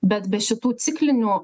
bet be šitų ciklinių